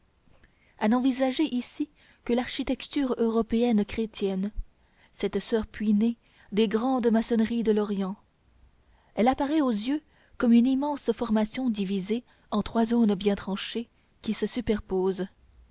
à n'envisager ici que l'architecture européenne chrétienne cette soeur puînée des grandes maçonneries de l'orient elle apparaît aux yeux comme une immense formation divisée en trois zones bien tranchées qui se superposent